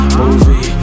movie